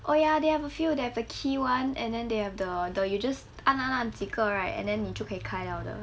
oh ya they have a few they have the key [one] and then they have the the you just 按按按几个 number then 你就可以开了的